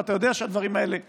ואתה יודע שהדברים האלה קורים,